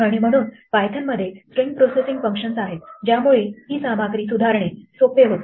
आणि म्हणूनपायथनमध्ये स्ट्रिंगप्रोसेसिंगफंक्शन्सआहेत ज्यामुळे ही सामग्री सुधारणे सोपे होते